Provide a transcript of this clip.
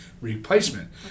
replacement